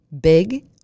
big